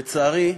לצערי,